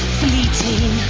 fleeting